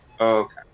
Okay